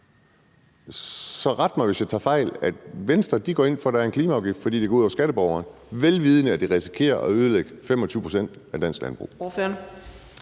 Så ret mig, hvis jeg tager fejl, når jeg siger, at Venstre går ind for, at der er en klimaafgift, fordi det ikke går ud over skatteborgerne, vel vidende at det risikerer at ødelægge 25 pct. af dansk landbrug.